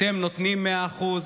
אתם נותנים מאה אחוזים,